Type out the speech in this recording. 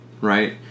Right